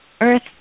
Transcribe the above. Earth